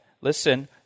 listen